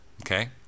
okay